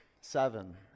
seven